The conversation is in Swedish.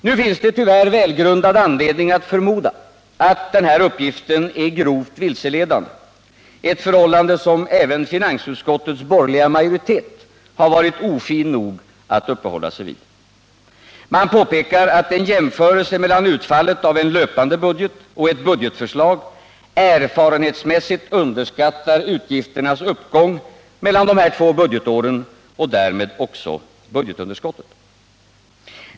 Nu finns det tyvärr välgrundad anledning att förmoda, att denna uppgift är grovt vilseledande, ett förhållande som även finansutskottets borgerliga majoritet varit ofin nog att uppehålla sig vid. Man påpekar att en jämförelse mellan utfallet av en löpande budget och ett budgetförslag erfarenhetsmässigt underskattar utgifternas uppgång mellan dessa två budgetår och därmed också budgetunderskottet.